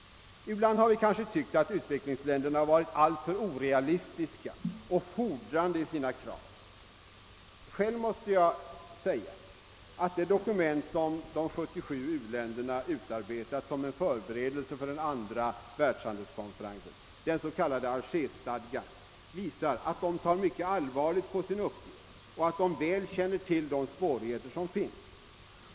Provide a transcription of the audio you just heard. Ibland har vi kanske tyckt att utvecklingsländerna varit alltför orealistiska och fordrande i sina krav. Själv måste jag säga att de dokument som de 77 u-länderna utarbetat som en förberedelse för den andra världshandelskonferensen, den s.k. Alger-stadgan, visar att de tar mycket allvarligt på sin uppgift och att de väl känner till de svårigheter som finns.